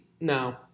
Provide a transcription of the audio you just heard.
No